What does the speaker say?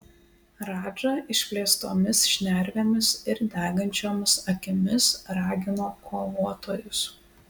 radža išplėstomis šnervėmis ir degančiomis akimis ragino kovotojus